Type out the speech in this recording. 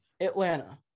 Atlanta